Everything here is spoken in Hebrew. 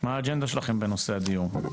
מה האג'נדה שלכם בנושא דיור?